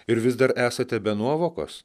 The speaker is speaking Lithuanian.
ir vis dar esate be nuovokos